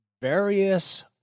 various